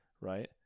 right